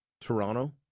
Toronto